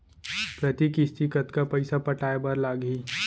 प्रति किस्ती कतका पइसा पटाये बर लागही?